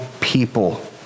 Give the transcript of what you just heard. people